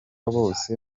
bose